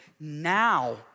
now